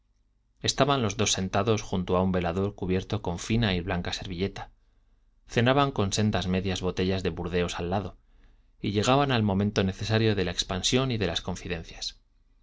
estaban los dos sentados junto a un velador cubierto con fina y blanca servilleta cenaban con sendas medias botellas de burdeos al lado y llegaban al momento necesario de la expansión y las confidencias